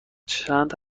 چند